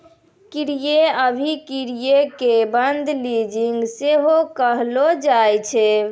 क्रय अभिक्रय के बंद लीजिंग सेहो कहलो जाय छै